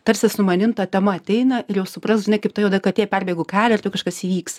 tarsi su manim ta tema ateina ir jau suprask žinai kaip ta juoda katė perbėgo kelią ir tuoj kažkas įvyks